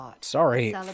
Sorry